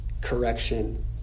correction